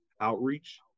outreach